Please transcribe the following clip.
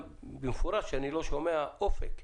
אני לא שומע אופק,